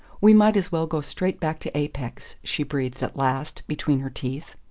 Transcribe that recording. we might as well go straight back to apex, she breathed at last between her teeth.